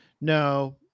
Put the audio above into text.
No